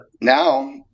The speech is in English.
now